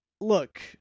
Look